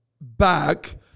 back